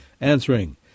answering